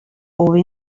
ove